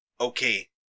okay